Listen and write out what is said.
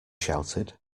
shouted